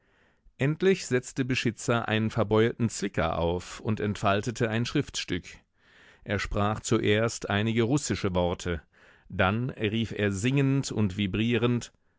endlich setzte beschitzer einen verbeulten zwicker auf und entfaltete ein schriftstück er sprach zuerst einige russische worte dann rief er singend und vibrierend